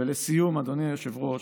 ולסיום, אדוני היושב-ראש,